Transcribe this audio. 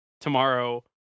tomorrow